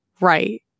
right